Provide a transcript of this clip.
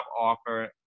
offer